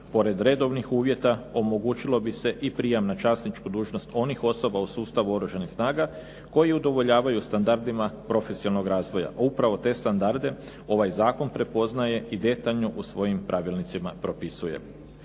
pored redovnih uvjeta, omogućilo bi se i prijam na časničku dužnost onih osoba u sustavu Oružanih snaga koji udovoljavaju standardima profesionalnog razvoja. Upravo te standarde ovaj zakon prepoznaje i detaljno u svojim pravilnicima propisuje.